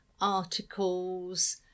articles